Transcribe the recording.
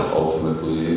ultimately